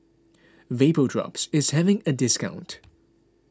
Vapodrops is having a discount